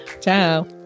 ciao